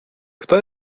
kto